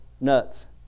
nuts